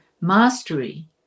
mastery